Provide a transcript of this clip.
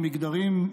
המגדרים,